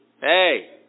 Hey